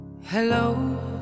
Hello